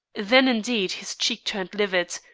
then indeed his cheek turned livid,